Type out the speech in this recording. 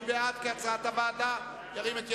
מי בעדו, כהצעת הוועדה, ירים את ידו.